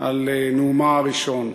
על נאומה הראשון.